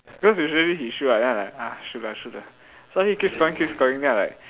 cause usually he shoot right then I like ah shoot lah shoot lah so then he keep scoring keep scoring then I like